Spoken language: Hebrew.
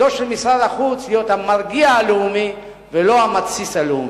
ותפקידו של משרד החוץ להיות המרגיע הלאומי ולא המתסיס הלאומי.